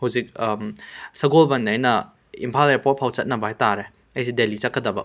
ꯍꯧꯖꯤꯛ ꯁꯒꯣꯜꯕꯟꯗꯩꯅ ꯏꯝꯐꯥꯜ ꯏꯌꯔꯄꯣꯔꯠꯐꯥꯎ ꯆꯠꯅꯕ ꯍꯥꯏ ꯇꯥꯔꯦ ꯑꯩꯁꯦ ꯗꯦꯂꯤ ꯆꯠꯀꯗꯕ